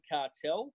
Cartel